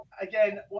again